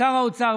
שר האוצר,